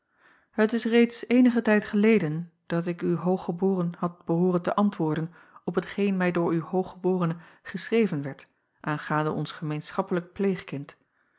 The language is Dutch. et is reeds eenigen tijd geleden dat ik w ooggeb had behooren te antwoorden op hetgeen mij door w ooggeb geschreven werd aangaande ons gemeenschappelijk pleegkind